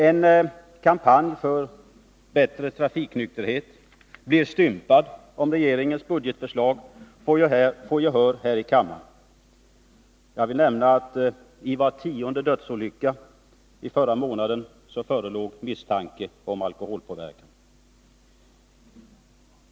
En kampanj för bättre trafiknykterhet blir stympad, om regeringens budgetförslag får gehör här i kammaren. Jag vill nämna att det vid var tionde dödsolycka förra månaden förelåg misstanke om alkoholpåverkan.